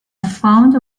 found